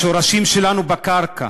השורשים שלנו בקרקע,